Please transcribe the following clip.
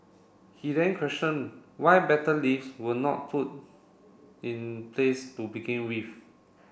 he then question why better lifts were not put in place to begin with